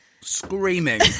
Screaming